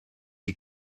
die